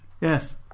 Yes